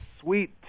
sweet